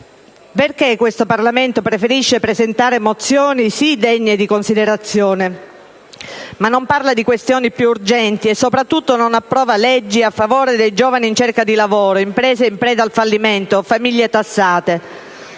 Perché questo Parlamento preferisce presentare mozioni, sì degne di considerazione, ma non parla di questioni più urgenti e, soprattutto, non approva leggi a favore dei giovani in cerca di lavoro, imprese in preda al fallimento, famiglie tassate?